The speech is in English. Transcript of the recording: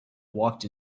walked